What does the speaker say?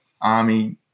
army